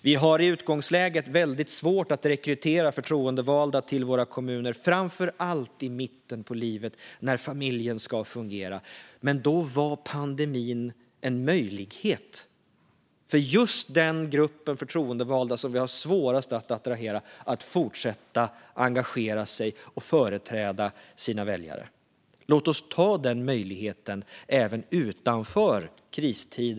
Vi har i utgångsläget väldigt svårt att rekrytera förtroendevalda till våra kommuner, framför allt människor som är i mitten av livet, när familjen ska fungera. Under pandemin gavs en möjlighet för just den gruppen förtroendevalda, som vi har svårast att attrahera, att fortsätta engagera sig och företräda sina väljare. Låt oss ta den möjligheten även utanför kristid.